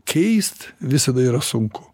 keist visada yra sunku